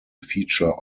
feature